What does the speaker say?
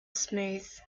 smooth